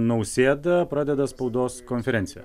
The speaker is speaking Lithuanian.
nausėda pradeda spaudos konferenciją